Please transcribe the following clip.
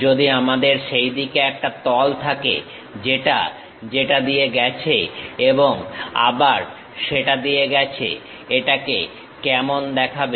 যদি আমার সেইদিকে একটা তল থাকে যেটা সেটা দিয়ে গেছে এবং আবার সেটা দিয়ে গেছে এটাকে কেমন দেখাবে